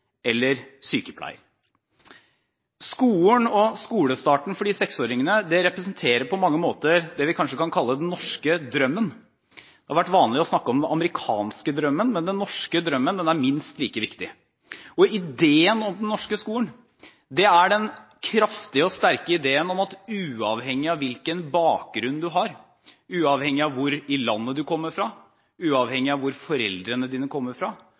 eller sykepleier. Skolen og skolestarten for de seksåringene representerer på mange måter det vi kanskje kan kalle den norske drømmen. Det har vært vanlig å snakke om den amerikanske drømmen, men den norske drømmen er minst like viktig. Ideen om den norske skolen er den kraftige og sterke ideen om at uavhengig av hvilken bakgrunn du har, uavhengig av hvor i landet du kommer fra, uavhengig av hvor foreldrene dine kommer fra